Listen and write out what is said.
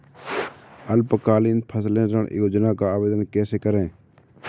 अल्पकालीन फसली ऋण योजना का आवेदन कैसे करें?